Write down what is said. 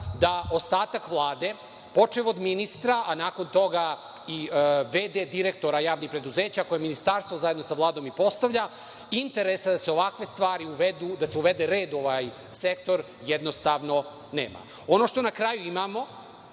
da ostatak Vlade, počev od ministra, a nakon toga i v.d. direktora javnih preduzeća, koje Ministarstvo zajedno sa Vladom i postavlja, interes je da se ovakve stvari uvedu, da se uvede red u ovaj sektor jednostavno nema. Ono što na kraju imamo